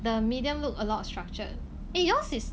the medium look a lot structured eh yours is